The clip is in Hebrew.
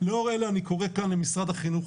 לאור אלה אני קורא כאן למשרד החינוך